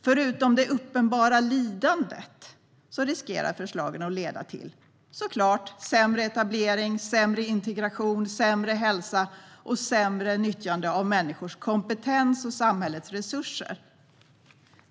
Förutom det uppenbara lidandet riskerar förslagen att leda till sämre etablering, sämre integration, sämre hälsa och sämre nyttjande av människors kompetens och samhällets resurser.